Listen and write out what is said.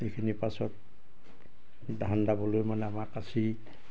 এইখিনি পাছত ধান দাবলৈ মানে আমাৰ কাঁচি